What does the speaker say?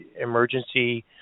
emergency